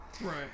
Right